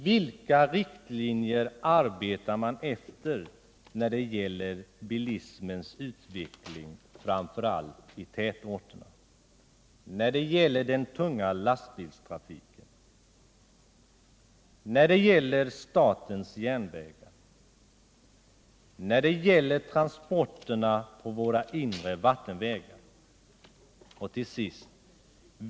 Vilka riktlinjer arbetar man efter när det gäller bilismens utveckling, framför allt i tätorterna, när det gäller den tunga lastbilstrafiken, när det gäller statens järnvägar samt när det gäller transporterna på våra inre vattenvägar?